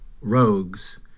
rogues